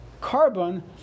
carbon